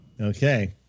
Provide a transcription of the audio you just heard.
Okay